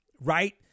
right